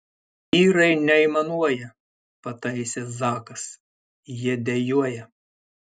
vyrai neaimanuoja pataisė zakas jie dejuoja